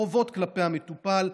חובות כלפי המטופל,